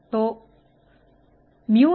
B0 dV 0E